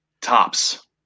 Tops